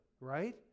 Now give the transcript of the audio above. right